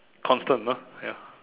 constant ah ya